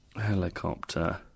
Helicopter